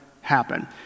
happen